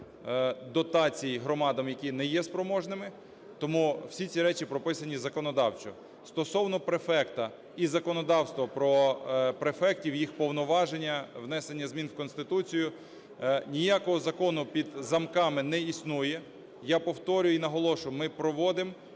дотацій громадам, які не є спроможними. Тому всі ці речі прописані законодавчо. Стосовно префекта і законодавства про префектів і їх повноваження, внесення змін в Конституцію. Ніякого закону під замками не існує. Я повторюю і наголошую, ми проводимо